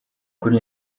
kuri